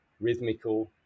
rhythmical